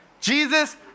Jesus